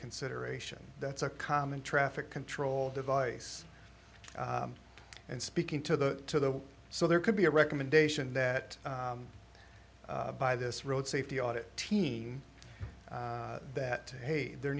consideration that's a common traffic control device and speaking to the to the so there could be a recommendation that by this road safety audit team that hey there